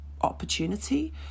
opportunity